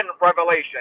revelation